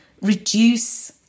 reduce